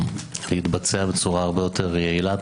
להתבצע בצורה הרבה יותר יעילה,